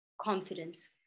confidence